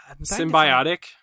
Symbiotic